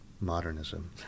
Modernism